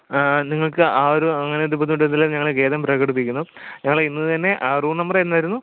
നിങ്ങൾക്ക് ആ ഒരു അങ്ങനെ ഒരു ബുദ്ധിമുട്ടിച്ചതിൽ ഞങ്ങൾ ഖേദം പ്രകടിപ്പിക്കുന്നു ഞങ്ങൾ ഇന്ന് തന്നെ റൂം നമ്പർ ഏതായിരുന്നു